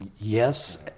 Yes